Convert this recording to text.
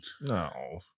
No